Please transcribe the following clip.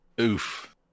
oof